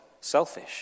selfish